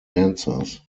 answers